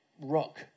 rock